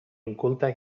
inculte